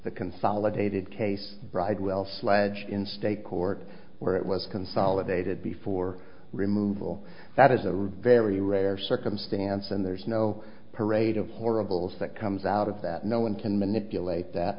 the consolidated case bridewell sledged in state court where it was consolidated before removal that is a very rare circumstance and there's no parade of horribles that comes out of that no one can manipulate that